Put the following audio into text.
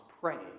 praying